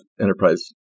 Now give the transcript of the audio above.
enterprise